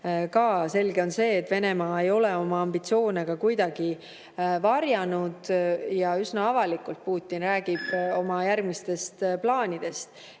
Selge on see, et Venemaa ei ole oma ambitsioone kuidagi varjanud ja Putin üsna avalikult räägib oma järgmistest plaanidest.